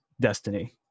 destiny